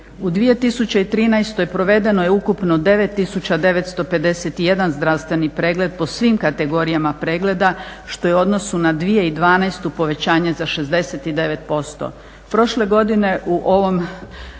U 2013. provedeno je ukupno 9951 zdravstveni pregled po svim kategorijama pregleda što je u odnosu na 2012. povećanje za 69%.